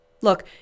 look